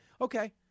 Okay